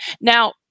Now